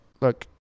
look